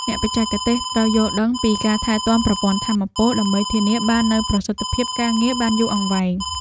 អ្នកបច្ចេកទេសត្រូវយល់ដឹងពីការថែទាំប្រព័ន្ធថាមពល ដើម្បីធានាបាននូវប្រសិទ្ធភាពការងារបានយូរអង្វែង។